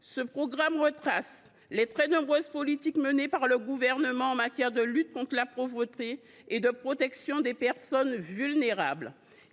Ce programme retrace les très nombreuses politiques menées par le Gouvernement en matière de lutte contre la pauvreté et de protection des personnes vulnérables.